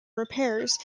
repairs